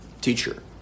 teacher